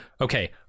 okay